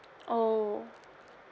oh